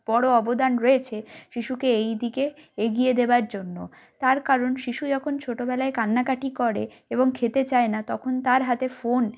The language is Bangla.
বড়ো অবদান রয়েছে শিশুকে এই দিকে এগিয়ে দেওয়ার জন্য তার কারণ শিশু যখন ছোটোবেলায় কান্নাকাটি করে এবং খেতে চায় না তখন তার হাতে ফোন